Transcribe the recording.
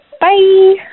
bye